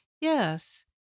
Yes